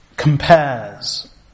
Compares